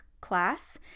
class